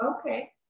okay